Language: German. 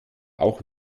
auch